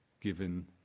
given